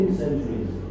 centuries